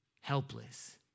helpless